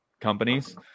companies